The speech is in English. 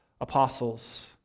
apostles